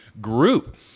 group